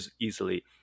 easily